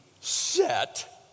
set